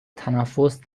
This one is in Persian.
تنفس